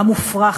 המופרך,